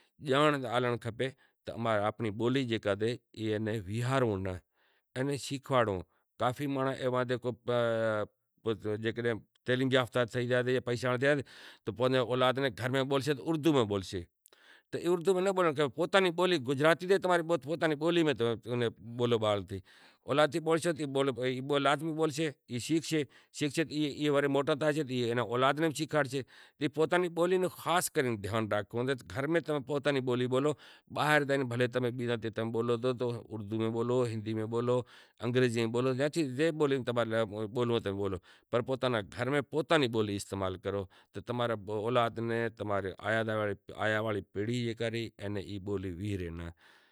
اماں ناں کھپے آنپڑی بولی ناں شیکھاڑو اماں را کافی مانڑو بھنڑے گیا جاں پیشے واڑا تھئی گیا تو گھر میں بولشیں تو اڑدو میں بولشیں تو اڑدو میں ناں بولنڑ کھپے پوتاں نیں بولی گجراتی سے تو پوتاں نی بولی گجراتی میں بولو اولاد زے بولشے تو شیکھشے ان ای موٹا تھئیشے تو ای اولاد ناں بھی شیکھاڑشے اے پوتانی بولی نو خاش کرے دھیان راکھو گھر میں پوتانی بولی بولو باہر زائے بھلیں بیزی بولی بولو ہندی میں بولو اڑدو میں بولو انگریزی میں بولو زے بولی میں تماں نیں ضرورت پڑے او بولی میں بولو گھر میں آپری بولی میں بولو